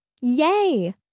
Yay